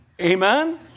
Amen